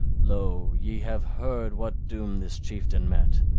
lo, ye have heard what doom this chieftain met,